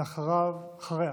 ואחריה,